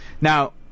Now